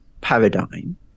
paradigm